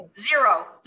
zero